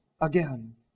again